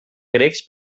grecs